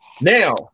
Now